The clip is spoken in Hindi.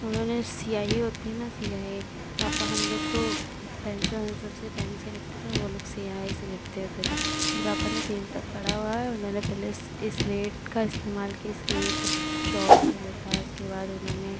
उन्होंने स्याही होती है ना स्याही पापा हम लोग तो पेन्सल ओन्सल से पेन से लिखते थे वे लोग स्याही से लिखते होते थे मेरे पापा ने तीन तक पढ़ा हुआ है उन्होंने पहले इस्लेट का इस्तेमाल किया इस्लेट चॉक से लिखा उसके बाद उन्होंने